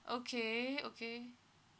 okay okay